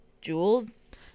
jewels